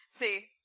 See